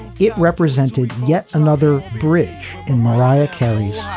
it represented yet another bridge in mariah carey's